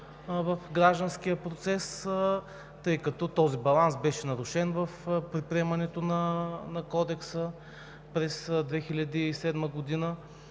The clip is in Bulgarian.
в гражданския процес. Тъй като този баланс беше нарушен в предприемането на Кодекса през 2007 г., а